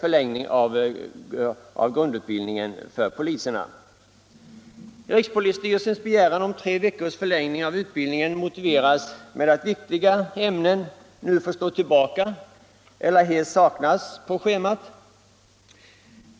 Rikspolisstyrelsens begäran om tre veckors förlängning av utbildningen motiveras med att viktiga ämnen nu får stå tillbaka eller helt saknas på schemat.